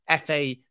FA